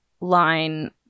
Line